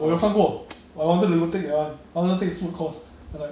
我有看过 I wanted to take that one I wanted to take food course but like